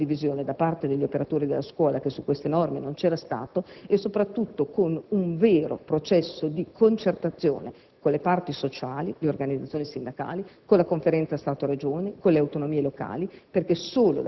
con un'ampia condivisione da parte degli operatori della scuola, che su queste norme non c'era stata, e soprattutto con un vero processo di concertazione con le parti sociali, le organizzazioni sindacali, la Conferenza Stato-Regioni, le autonomie locali,